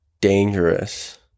dangerous